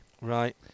Right